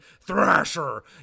Thrasher